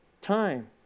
time